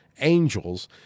Angels